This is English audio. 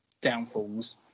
downfalls